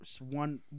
one